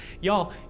Y'all